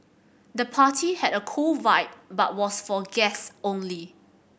the party had a cool vibe but was for guests only